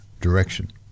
direction